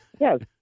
Yes